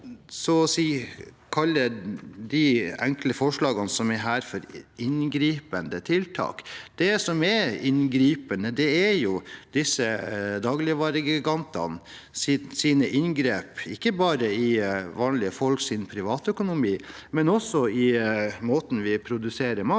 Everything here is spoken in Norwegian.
å kalle disse enkle forslagene for inngripende tiltak? Det som er inngripende, er jo disse dagligvaregigantenes inngrep, ikke bare i vanlige folks privatøkonomi, men også i måten vi produserer mat